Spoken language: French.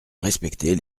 respecter